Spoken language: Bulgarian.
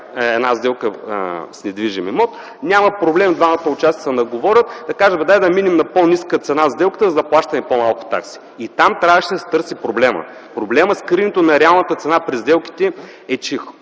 една сделка с недвижим имот, няма проблем двамата участника да се наговорят, да кажат: абе, дай да минем на по-ниска цена сделката, за да плащаме по-малко такси. И там трябваше да се търси проблемът. Проблемът с криенето на реалната цена при сделките е, че